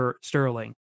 Sterling